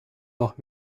noch